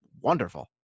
wonderful